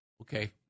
Okay